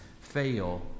fail